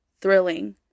thrilling